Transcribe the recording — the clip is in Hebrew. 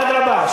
אדרבה,